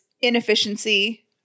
inefficiency